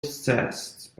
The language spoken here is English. zest